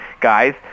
guys